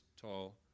tall